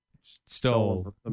Stole